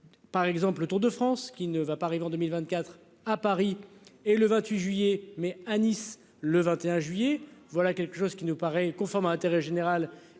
Par exemple, le Tour de France qui ne va pas arriver en 2024 à Paris. Et le 28 juillet mais à Nice le 21 juillet. Voilà quelque chose qui nous paraît conforme à l'intérêt général